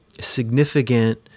significant